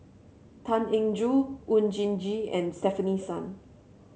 Tan Eng Joo Oon Jin Gee and Stefanie Sun